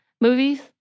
movies